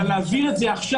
אלא להעביר את זה עכשיו,